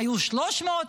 היו 300,